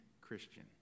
Christian